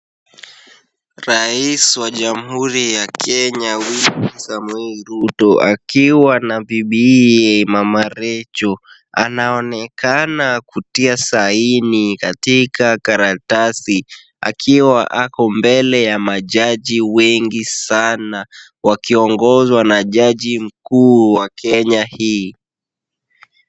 Rais wa jamhuri ya Kenya William Samoei Ruto akiwa na bibiye mama Racheal, anaonekana kutia saini katika karatasi akiwa ako mbele ya majaji wengi sana wakiongozwa na jaji mkuu wa Kenya hii.